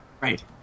Right